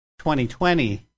2020